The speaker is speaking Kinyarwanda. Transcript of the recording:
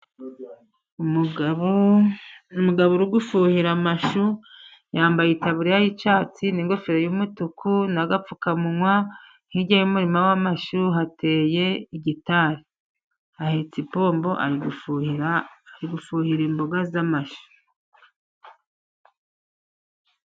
Umugabo, ni umugabo uri gufuhira amashu, yambaye itaburiya y'icyatsi n'ingofero y'umutuku n'agapfukamunwa, hirya y'umurima w'amashu hateye igitari, ahetse ipombo, ari gufuhira, ari gufuhira imboga z'amashu.